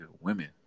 women